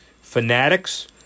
Fanatics